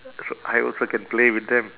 so I also can play with them